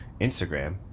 Instagram